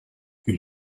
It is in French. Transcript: une